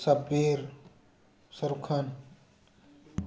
ꯁꯞꯕꯤꯔ ꯁꯔꯨꯈꯥꯟ